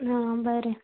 हां बरें